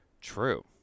True